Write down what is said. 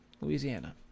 Louisiana